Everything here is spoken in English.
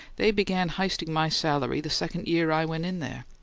they began h'isting my salary the second year i went in there,